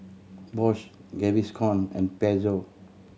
Bosch Gaviscon and Pezzo